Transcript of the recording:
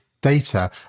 data